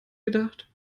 gedacht